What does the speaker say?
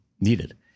needed